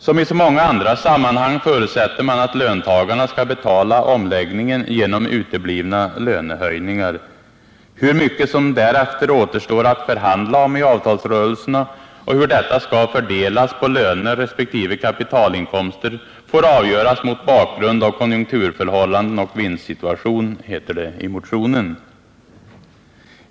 Som i så många sammanhang förutsätter man att löntagarna skall betala omläggningen genom uteblivna lönehöjningar. ”Hur mycket som därefter återstår att förhandla om i avtalsrörelserna och hur detta skall fördelas på löner resp. kapitalinkomster får avgöras mot bakgrund av konjunkturförhållanden och vinstsituation”, heter det i motionen.